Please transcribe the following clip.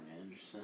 Anderson